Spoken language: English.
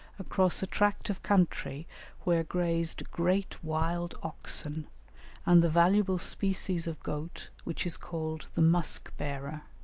across a tract of country where grazed great wild oxen and the valuable species of goat which is called the musk-bearer.